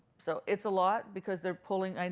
so it's a lot because they're pulling